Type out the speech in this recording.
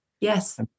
Yes